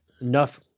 Enough